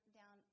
down